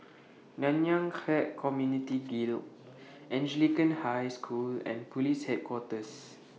Nanyang Khek Community Guild Anglican High School and Police Headquarters